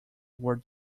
were